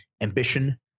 ambition